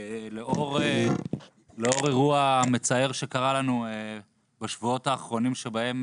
לאור אירוע מצער שקרה לנו בשבועות האחרונים שבהם